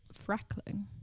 freckling